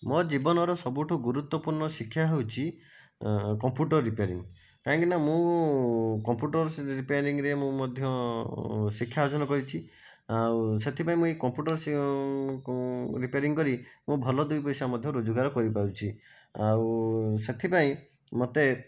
ମୋ ଜୀବନର ସବୁଠୁ ଗୁରୁତ୍ୱପୂର୍ଣ୍ଣ ଶିକ୍ଷା ହେଉଛି କମ୍ପ୍ୟୁଟର ରିପେରିଂ କାହିଁକିନା ମୁଁ କମ୍ପ୍ୟୁଟର ରିପେରିଂରେ ମୁଁ ମଧ୍ୟ ଶିକ୍ଷା ଅର୍ଜନ କରିଛି ଆଉ ସେଥିପାଇଁ ମୁଁ ଏଇ କମ୍ପ୍ୟୁଟର ରିପେରିଂ କରି ମୁଁ ଭଲ ଦୁଇ ପଇସା ମଧ୍ୟ ରାଜଗାର କରିପାରୁଛି ଆଉ ସେଥିପାଇଁ ମୋତେ